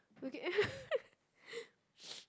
we'll get